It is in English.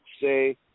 say